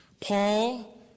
Paul